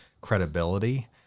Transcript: credibility